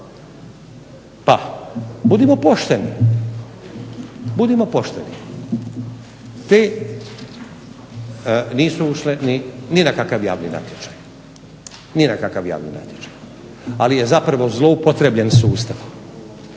budimo pošteni. Te nisu ušle ni na kakav javni natječaj ali je zapravo zloupotrebljen sustav